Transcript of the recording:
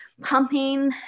pumping